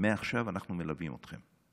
מעכשיו אנחנו מלווים אתכם.